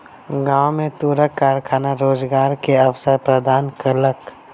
गाम में तूरक कारखाना रोजगार के अवसर प्रदान केलक